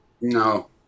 No